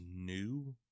new